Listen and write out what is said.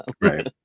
Right